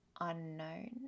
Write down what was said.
unknown